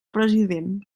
president